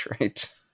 right